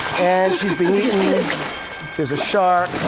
and she's being eaten there's a shark.